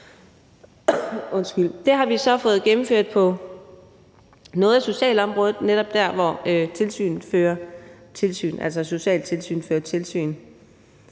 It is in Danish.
Det har vi så fået gennemført på noget af socialområdet, altså netop der, hvor socialtilsynet fører tilsyn.